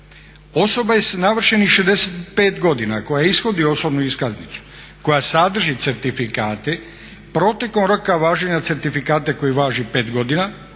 Osobe sa navršenih 65 godina koja ishodi osobnu iskaznicu koja sadrži certifikate protekom roka važenja certifikata koji važi pet godina